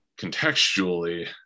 contextually